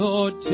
Lord